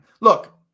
look